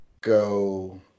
go